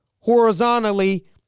horizontally